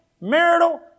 marital